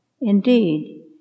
Indeed